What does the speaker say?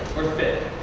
or fifth?